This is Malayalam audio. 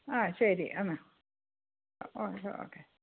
ആ ശരി എന്നാൽ ഓക്കെ ഓക്കെ